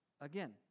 again